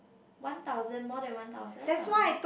one thousand more than one thousand uh